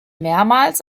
mehrmals